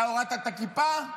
אתה הורדת את הכיפה?